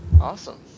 Awesome